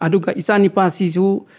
ꯑꯗꯨꯒ ꯏꯆꯥꯅꯤꯄꯥ ꯁꯤꯁꯨ